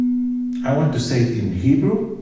i want to say it in hebrew